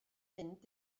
mynd